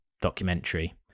documentary